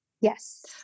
Yes